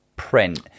print